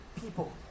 people